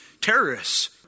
terrorists